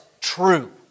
true